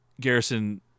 Garrison